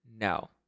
no